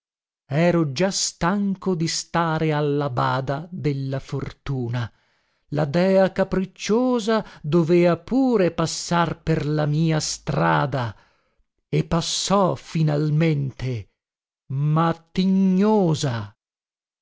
ero già stanco di stare alla bada della fortuna la dea capricciosa dovea pure passar per la mia strada e passò finalmente ma tignosa